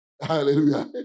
Hallelujah